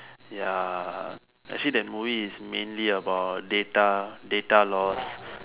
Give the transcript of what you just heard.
ya actually that movie is mainly about data data loss